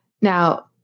Now